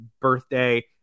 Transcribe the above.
birthday